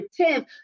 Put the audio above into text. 10th